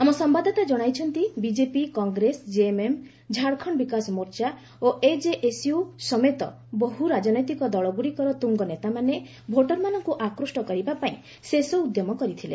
ଆମ ସମ୍ଭାଦଦାତା ଜଣାଇଛନ୍ତି ବିଜେପି କଂଗ୍ରେସ ଜେଏମ୍ଏମ୍ ଝାଡ଼ଖଣ୍ଡ ବିକାଶ ମୋର୍ଚ୍ଚା ଓ ଏଜେଏସ୍ୟୁ ସମେତ ସବୁ ରାଜନୈତିକ ଦଳଗୁଡ଼ିକର ତୁଙ୍ଗନେତାମାନେ ଭୋଟରମାନଙ୍କୁ ଆକୁଷ୍ଟ କରିବା ପାଇଁ ଶେଷ ଉଦ୍ୟମ କରିଥିଲେ